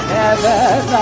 heaven